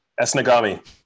Esnagami